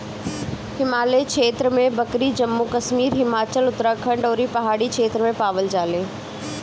हिमालय क्षेत्र में बकरी जम्मू कश्मीर, हिमाचल, उत्तराखंड अउरी पहाड़ी क्षेत्र में पावल जाले